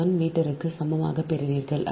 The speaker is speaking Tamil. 611 மீட்டருக்கு சமமாக பெறுவீர்கள்